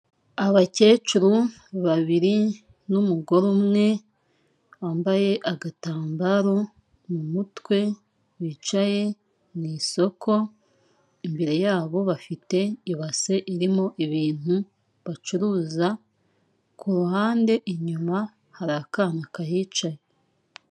Abakecuru babiri n'umugore umwe wambaye agatambaro mu mutwe bicaye mu isoko, imbere yabo bafite ibase irimo ibintu bacuruza, ku ruhande inyuma hari akana kahicaye.